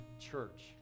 church